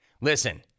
Listen